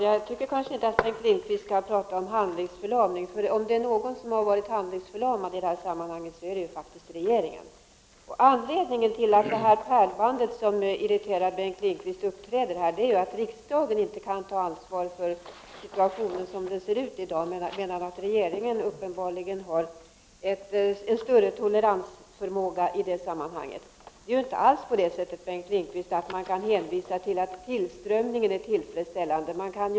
Herr talman! Jag tycker inte att Bengt Lindqvist här skall tala om handlingsförlamning. Om någon har varit handlingsförlamad i detta sammanhang är det faktiskt regeringen. Anledningen till att det pärlband som irriterar Bengt Lindqvist uppträder är att riksdagen inte kan ta ansvar för den föreliggande situationen, medan regeringen har en större toleransförmåga i det sammanhanget. Man kan inte alls, Bengt Lindqvist, hänvisa till att tillströmningen är tillfredsställande.